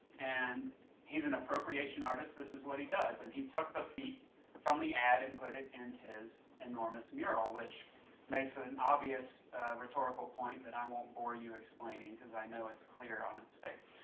and he's an appropriation artist, and this is what he does. and he took the feet from the add and put it in his enormous mural which makes an obvious rhetorical point that i won't bore you explaining cause i know it's clear on it's face.